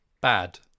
bad